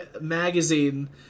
magazine